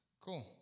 Cool